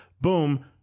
Boom